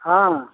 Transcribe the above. हॅं